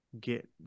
get